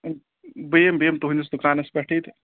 بہٕ یِمہٕ بہٕ یِمہٕ تُہٕنٛدِس دُکانَس پٮ۪ٹھٕے تہٕ